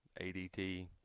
ADT